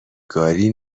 گاری